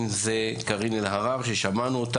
אם זו קארין אלהרר ששמענו,